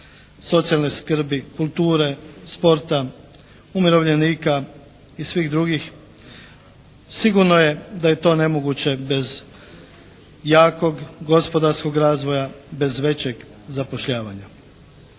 socijalne skrbi, kulture, sporta, umirovljenika i svih drugih sigurno je da je to nemoguće bez jakog gospodarskog razvoja, vez većeg zapošljavanja.